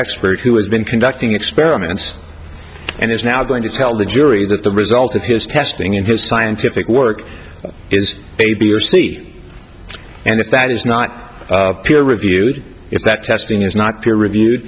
expert who has been conducting experiments and is now going to tell the jury that the result of his testing in his scientific work is a b or c and if that is not peer reviewed if that testing is not peer review